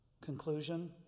Conclusion